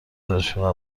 دانشگاه